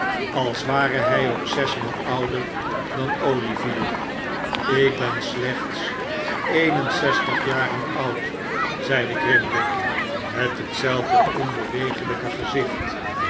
al ware hij ook zesmaal ouder dan olivier ik ben slechts eenenzestig jaren oud zeide grimwig met hetzelfde onbeweeglijke gezicht